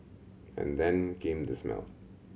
and then came the smell